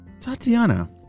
Tatiana